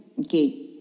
okay